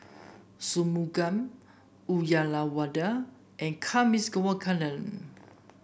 Shunmugam Uyyalawada and Kasiviswanathan